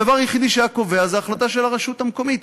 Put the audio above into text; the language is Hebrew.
הדבר היחידי שהיה קובע זה החלטה של הרשות המקומית.